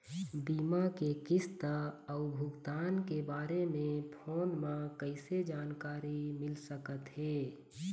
बीमा के किस्त अऊ भुगतान के बारे मे फोन म कइसे जानकारी मिल सकत हे?